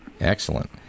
Excellent